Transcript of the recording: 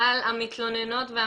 על המתלוננות והמתלוננים,